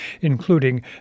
including